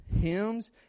hymns